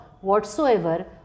whatsoever